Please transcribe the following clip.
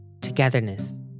Togetherness